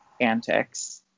antics